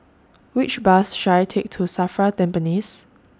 Which Bus should I Take to SAFRA Tampines